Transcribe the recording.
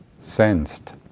sensed